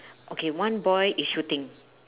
okay one boy is shooting